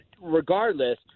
regardless